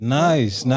nice